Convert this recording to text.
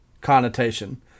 connotation